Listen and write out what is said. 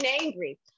angry